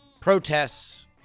protests